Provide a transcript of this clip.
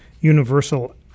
universal